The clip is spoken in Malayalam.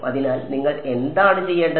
അതിനാൽ നിങ്ങൾ എന്താണ് ചെയ്യേണ്ടത്